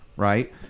right